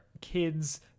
kids